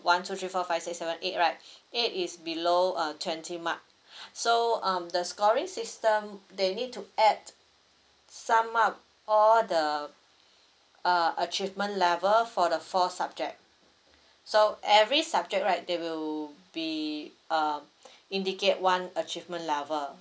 one two three four five six seven eight right eight is below uh twenty mark so um the scoring system they need to add sum up all the uh achievement level for the four subject so every subject right they will be uh indicate one achievement level so